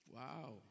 wow